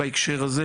בהקשר הזה,